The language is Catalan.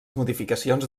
modificacions